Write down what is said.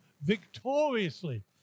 victoriously